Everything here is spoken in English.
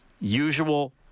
Usual